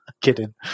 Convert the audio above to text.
kidding